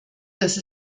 dass